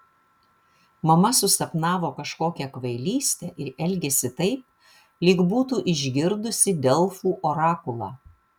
mama susapnavo kažkokią kvailystę ir elgiasi taip lyg būtų išgirdusi delfų orakulą